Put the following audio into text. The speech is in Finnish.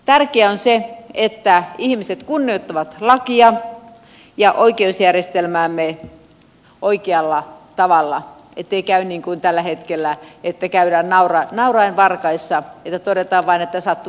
tärkeää on se että ihmiset kunnioittavat lakia ja oikeusjärjestelmäämme oikealla tavalla ettei käy niin kuin tällä hetkellä että käydään nauraen varkaissa että todetaan vain että sattuipa käymään näin